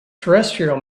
terrestrial